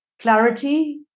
clarity